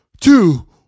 two